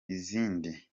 izindi